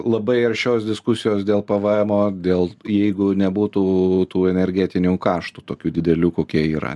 labai aršios diskusijos dėl pvmo dėl jeigu nebūtų tų energetinių kaštų tokių didelių kokie yra